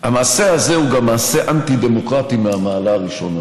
המעשה הזה הוא גם מעשה אנטי-דמוקרטי מהמעלה הראשונה,